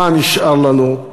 מה נשאר לנו?